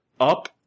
up